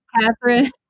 Catherine